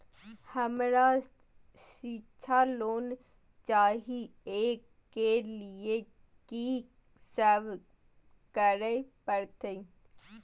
हमरा शिक्षा लोन चाही ऐ के लिए की सब करे परतै?